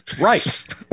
Right